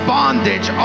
bondage